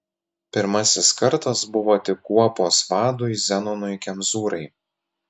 pirmasis kartas buvo tik kuopos vadui zenonui kemzūrai